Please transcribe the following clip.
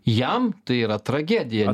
jam tai yra tragedija